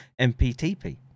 mptp